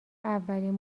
اولین